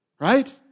Right